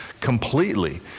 completely